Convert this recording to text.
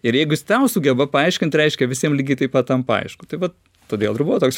ir jeigu jis temą sugeba paaiškint reiškia visiem lygiai taip pat tampa aišku tai vat todėl ir buvo toks